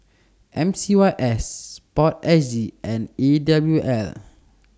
M C Y S Sport S G and E W L